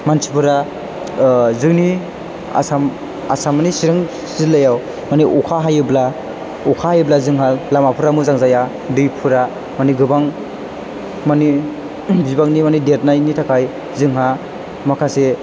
मानसिफोरा जोंनि आसाम आसामनि चिरां जिल्लायाव मानि अखाय हायोब्ला अखा हायोब्ला जोंहा लामाफ्रा मोजां जाया दैफोरा मानि गोबां मानि बिबांनि मानि देरनायनि थाखाय जोंहा माखासे